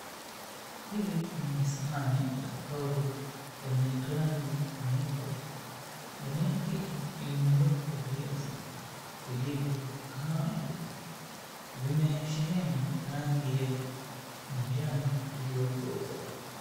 Hili ni sahani la kauri lenye rangi nyeupe. Ndani yake limewekwa viazi vilivyokaangwa. Vimesheheni rangi ya manjano iliyo koza.